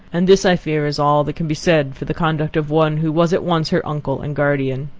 and this, i fear, is all that can be said for the conduct of one, who was at once her uncle and guardian.